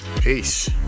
Peace